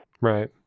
Right